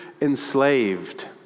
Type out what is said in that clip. enslaved